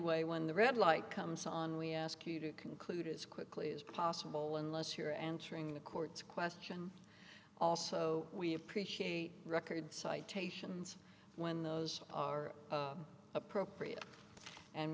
anyway when the red light comes on we ask you to conclude as quickly as possible unless you're answering the court's question also we appreciate record citations when those are appropriate and